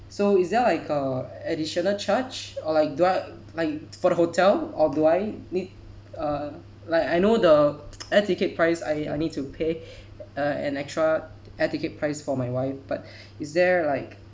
so is there like uh additional charge or like do I like for the hotel or do I need uh like I know the air ticket price I I need to pay uh an extra air ticket price for my wife but is there like